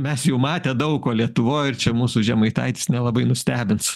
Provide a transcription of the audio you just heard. mes jau matę daug ko lietuvoj ir čia mūsų žemaitaitis nelabai nustebins